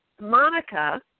Monica